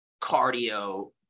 cardio